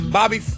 Bobby